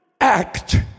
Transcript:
act